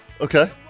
okay